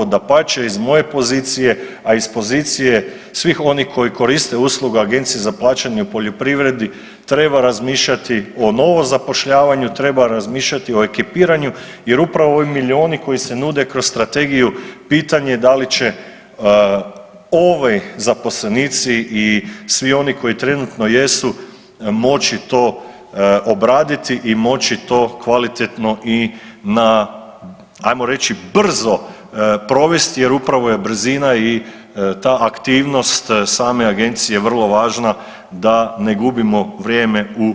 Dapače iz moje pozicije, a iz pozicije svih onih koji koriste uslugu Agencije za plaćanje u poljoprivredi treba razmišljati o novom zapošljavanju, treba razmišljati o ekipiranju jer upravo ovi milijuni koji se nude kroz strategiju pitanje da li će ovi zaposlenici i svi oni koji trenutno jesu moći to obraditi i moći to kvalitetno i na ajmo reći brzo provesti jer upravo je brzina i ta aktivnost same agencije vrlo važna da ne gubimo vrijeme u